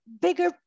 bigger